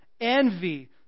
Envy